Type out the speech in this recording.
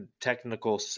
technical